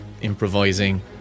improvising